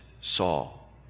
Saul